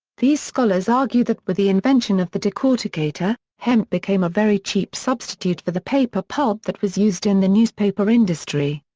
these scholars argue that with the invention of the decorticator, hemp became a very cheap substitute for the paper pulp that was used in the newspaper industry.